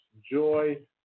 joy